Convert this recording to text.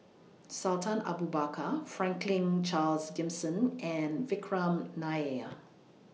Sultan Abu Bakar Franklin Charles Gimson and Vikram Nair